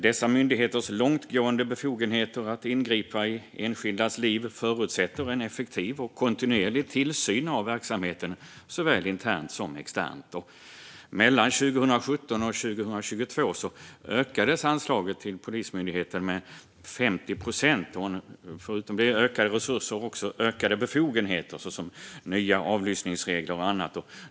Dessa myndigheters långtgående befogenheter att ingripa i enskildas liv förutsätter en effektiv och kontinuerlig tillsyn av verksamheten, såväl internt som externt. Mellan 2017 och 2022 ökades anslaget till Polismyndigheten med 50 procent, och förutom ökade resurser fick man också ökade befogenheter såsom nya avlyssningsregler och annat.